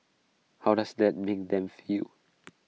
how does that mean them feel